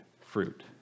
fruit